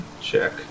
check